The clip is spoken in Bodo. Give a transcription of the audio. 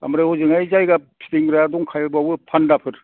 ओमफ्राय हजोंहाय जायगा फिदिंग्रा दंखाबावो फानदाफोर